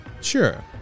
Sure